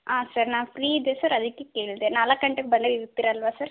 ಹಾಂ ಸರ್ ನಾನು ಫ್ರೀ ಇದ್ದೆ ಸರ್ ಅದಕ್ಕೆ ಕೇಳಿದೆ ನಾಲ್ಕು ಗಂಟೆಗೆ ಬಂದರೆ ಇರ್ತೀರಲ್ವಾ ಸರ್